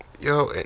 Yo